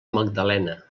magdalena